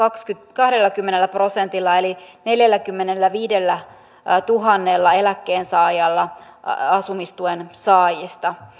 kahdellakymmenellä prosentilla eli neljälläkymmenelläviidellätuhannella eläkkeensaajalla asumistuen saajista